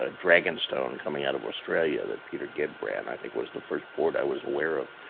ah dragon stone coming out of australia that peter gibb ran, i think was the first board i was aware of.